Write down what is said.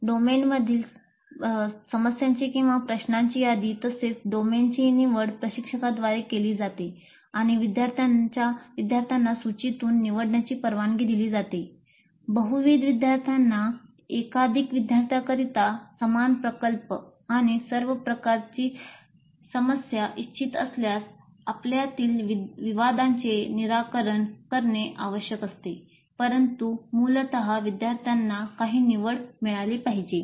डोमेनमधील करणे आवश्यक असते परंतु मूलतः विद्यार्थ्यांना काही निवड मिळाली पाहिजे